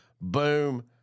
boom